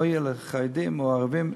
לא יהיה רק לחרדים או לערבים,